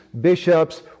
bishops